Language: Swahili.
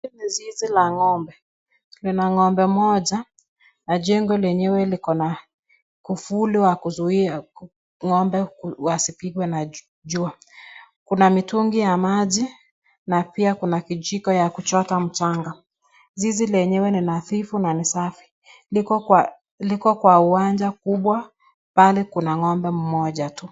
Hii ni zizi la mgombe Kuna ngombe moja na jengo lenyewe liko na kifuli ya kuzuia ngombe wasipikwe na juu Kuna mitungi ya maji na kijiko ya kuchota mjanga